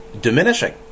diminishing